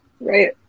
Right